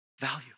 value